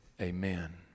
Amen